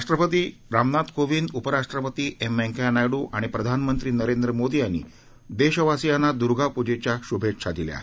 राष्ट्रपती रामनाथ कोविंद उपराष्ट्रपती एम व्यंकैय्या नायडू आणि प्रधानमंत्री नरेंद्र मोदी यांनी देशवासीयांना दुर्गापुजेच्या शुभेच्छा दिल्या आहे